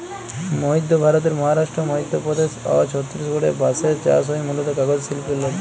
মইধ্য ভারতের মহারাস্ট্র, মইধ্যপদেস অ ছত্তিসগঢ়ে বাঁসের চাস হয় মুলত কাগজ সিল্পের লাগ্যে